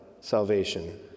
salvation